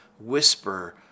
whisper